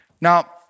Now